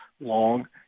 long